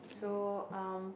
so um